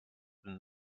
then